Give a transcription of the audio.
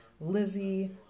Lizzie